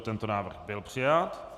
Tento návrh byl přijat.